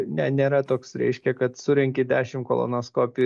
ne nėra toks reiškia kad surenki dešimt kolonoskopijų